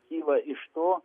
kyla iš to